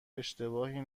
اشتباهی